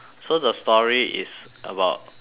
so the story is about